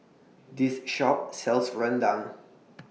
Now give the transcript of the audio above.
This Shop sells Rendang